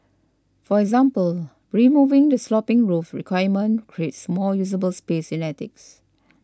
for example removing the sloping roof requirement creates more usable space in attics